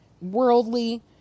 worldly